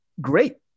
great